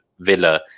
Villa